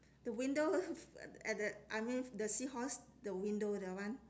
the window at at the I mean the seahorse the window that one